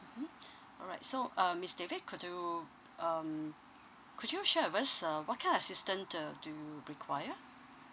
mmhmm all right so uh miss david could you um could you share with us uh what kind of assistance uh do you require